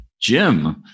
Jim